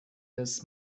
des